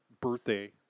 birthday